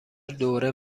دوره